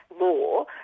law